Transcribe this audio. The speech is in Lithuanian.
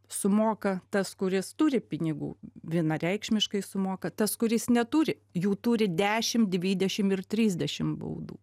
sumoka tas kuris turi pinigų vienareikšmiškai sumoka tas kuris neturi jų turi dešim dvidešim ir tridešim baudų